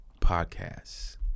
podcasts